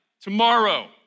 tomorrow